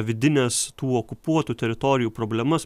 vidines tų okupuotų teritorijų problemas